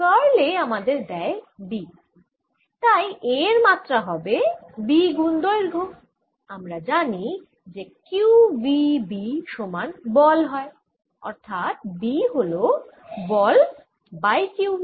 curl A আমাদের দেয় B তাই A এর মাত্রা হবে B গুন দৈর্ঘ্য আমরা জানি যে q v B সমান বল হয় অর্থাৎ B হল বল বাই q v